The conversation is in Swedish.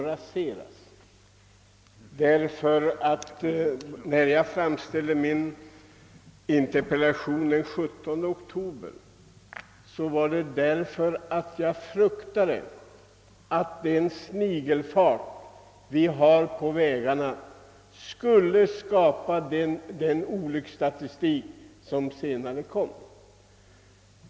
När jag den 17 oktober framställde min interpellation var det därför att jag fruktade att den snigelfart vi har på vägarna skulle ge upphov till den olycksstatistik som senare kom.